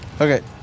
Okay